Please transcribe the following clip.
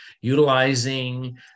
Utilizing